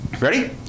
ready